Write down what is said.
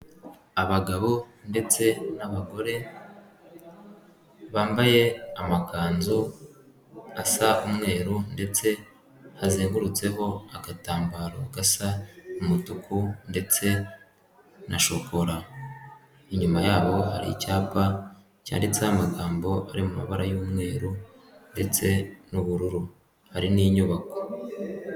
Abagabo ndetse n'abagore bambaye amakanzu asa umweru ndetse hazengurutseho agatambaro gasa umutuku ndetse na shokora. Inyuma yabo hari icyapa cyanditseho amagambo ari mu mabara y'umweru ndetse n'ubururu, hari n'inyubako.